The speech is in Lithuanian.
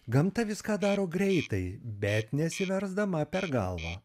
gamta viską daro greitai bet nesiversdama per galvą